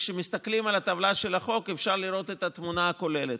כשמסתכלים על הטבלה של החוק אפשר לראות את התמונה הכוללת,